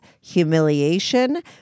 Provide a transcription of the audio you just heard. humiliation